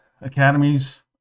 Academies